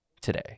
today